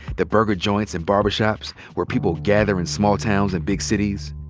the burger joints and barber shops where people gather in small towns and big cities.